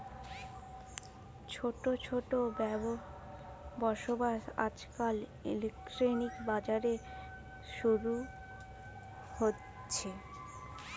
ছোট ছোট ব্যবসা আজকাল ইন্টারনেটে, বাজারে শুরু হতিছে